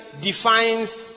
defines